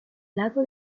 lago